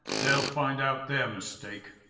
they'll find out their mistake.